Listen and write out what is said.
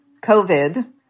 COVID